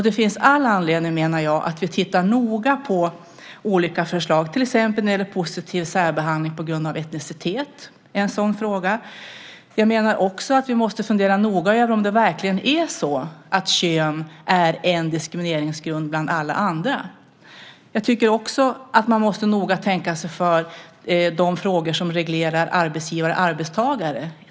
Det finns all anledning, menar jag, att noga titta på olika förslag. En sådan fråga kan till exempel vara positiv särbehandling på grund av etnicitet. Vi måste också fundera noga över om det verkligen är så att kön är en diskrimineringsgrund bland alla andra. Man måste också noga tänka sig för när det gäller frågor som reglerar arbetsgivare-arbetstagare.